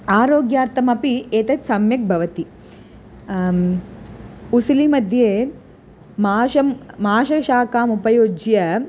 आरोग्यार्थमपि एतत् सम्यक् भवति उसिलिमध्ये माषं माषशाकाम् उपयुज्य